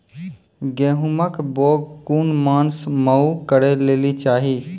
गेहूँमक बौग कून मांस मअ करै लेली चाही?